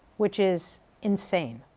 which is insane.